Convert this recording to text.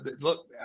look